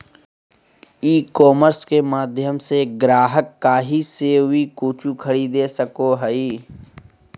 e commerce के माध्यम से ग्राहक काही से वी कूचु खरीदे सको हइ